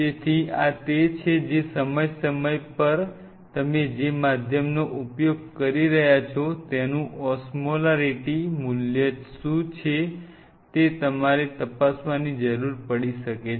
તેથી આ તે છે જે સમય સમય પર તમે જે માધ્યમનો ઉપયોગ કરી રહ્યા છો તેનું ઓસ્મોલેરિટી મૂલ્ય શું છે તે તમારે તપાસવાની જરૂર પડી શકે છે